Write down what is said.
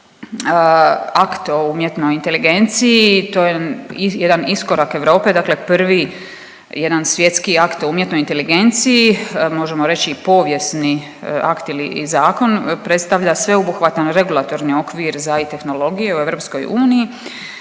akt o umjetnoj inteligenciji, to je jedan iskorak Europe, dakle prvi jedan svjetski akt o umjetnoj inteligenciji, možemo reć i povijesni akt ili i zakon predstavlja sveobuhvatan regulatorni okvir za i tehnologiju u EU